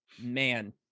man